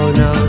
no